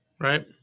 Right